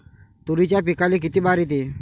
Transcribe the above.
तुरीच्या पिकाले किती बार येते?